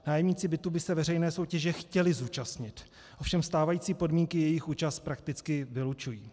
Nájemníci bytů by se veřejné soutěže chtěli zúčastnit, ovšem stávající podmínky jejich účast prakticky vylučují.